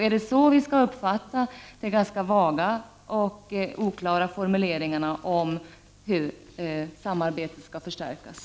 Är det så vi skall uppfatta de ganska vaga och oklara formuleringarna om hur samarbetet skall förstärkas?